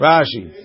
Rashi